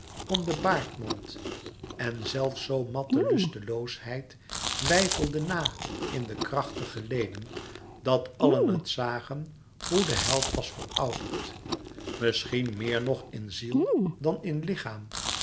om den baardmond en zelfs zo matte lusteloosheid weifelde na in de krachtige leden dat allen het zagen hoe de held was verouderd misschien meer nog in ziel dan in lichaam